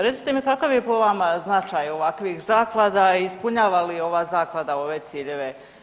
Recite mi kakav je po vama značaj ovakvih zaklada i ispunjava li ova zaklada ove ciljeve?